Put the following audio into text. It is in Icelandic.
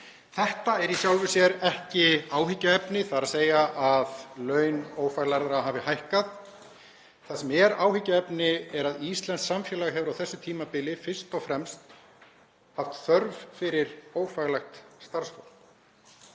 Þetta er í sjálfu sér ekki áhyggjuefni, þ.e. að laun ófaglærðra hafi hækkað. Það sem er áhyggjuefni er að íslenskt samfélag hefur á þessu tímabili fyrst og fremst haft þörf fyrir ófaglært starfsfólk.